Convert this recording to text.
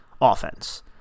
offense